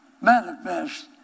manifest